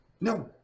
No